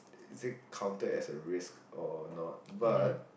is it counted as a risk or not but